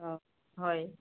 অ হয়